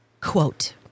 Quote